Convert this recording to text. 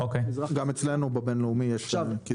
גם אצלנו בבינלאומי יש קיזוז.